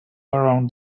around